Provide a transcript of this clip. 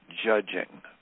judging